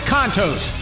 Contos